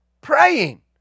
Praying